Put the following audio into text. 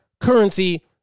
currency